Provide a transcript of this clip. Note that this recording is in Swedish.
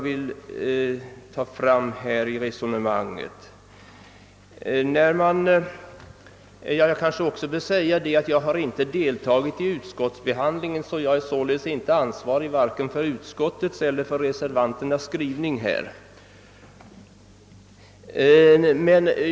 Dessförinnan kanske jag bör nämna att jag inte deltagit i utskottsbehandlingen och således inte är ansvarig för vare sig utskottsmajoritetens eller reservanternas skrivning.